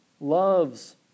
loves